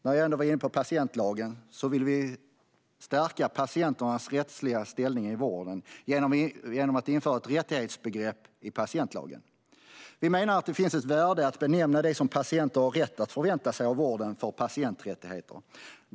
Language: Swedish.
När jag ändå är inne på patientlagen kan jag säga att vi vill stärka patienternas rättsliga ställning i vården genom att införa ett rättighetsbegrepp i patientlagen. Vi menar att det finns ett värde i att benämna det patienten har rätt att förvänta sig av vården som patienträttigheter.